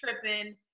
tripping